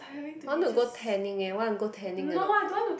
I want to go tanning eh wanna go tanning or not